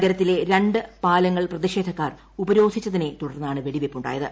നഗരത്തിലെ രണ്ട് പാലങ്ങൾ പ്രതിഷേധക്കാർ ഉപരോധിച്ചതിനെ തുടർന്നാണ് വെടിവെയ്പ് ഉണ്ടായത്